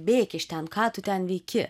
bėk iš ten ką tu ten veiki